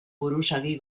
buruzagi